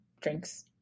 drinks